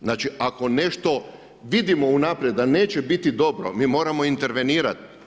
Znači ako nešto vidimo unaprijed da neće biti dobro, mi moramo intervenirati.